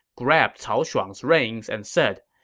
grabbed cao shuang's reins and said,